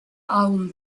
allen